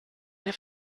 have